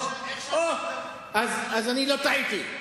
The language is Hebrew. או, אז אני לא טעיתי.